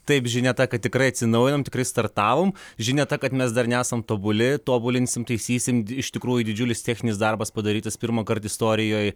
taip žinia ta kad tikrai atsinaujinom tikrai startavom žinia ta kad mes dar nesam tobuli tobulinsim taisysim iš tikrųjų didžiulis techninis darbas padarytas pirmąkart istorijoj